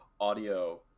audio